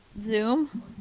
Zoom